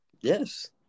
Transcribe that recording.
Yes